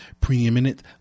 preeminent